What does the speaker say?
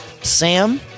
Sam